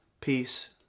peace